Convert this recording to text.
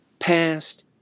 Past